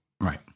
Right